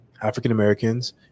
African-Americans